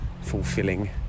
fulfilling